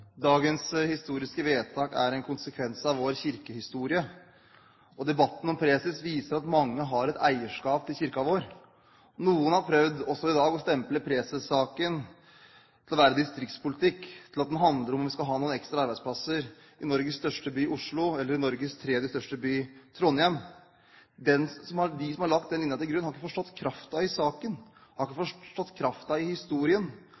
Dagens historiske vedtak er en konsekvens av vår kirkehistorie, og debatten om preses viser at mange har et eierskap til kirken vår. Noen har prøvd, også i dag, å stemple presessaken som distriktspolitikk, til at den handler om om vi skal ha noen ekstra arbeidsplasser i Norges største by, Oslo, eller i Norges tredje største by, Trondheim. De som har lagt den linjen til grunn, har ikke forstått kraften i saken, de har ikke forstått kraften i historien,